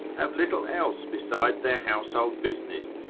have little else beside their household business,